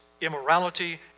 immorality